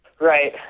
Right